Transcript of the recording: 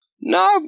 No